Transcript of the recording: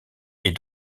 est